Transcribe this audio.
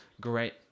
great